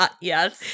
Yes